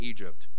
Egypt